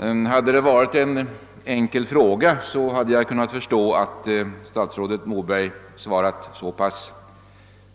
Om det hade varit svar på en enkel fråga hade jag kunnat förstå att statsrådet Moberg svarat